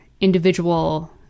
individual